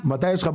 שמונה חודשים,